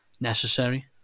necessary